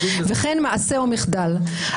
וכן מעשה או מחדל.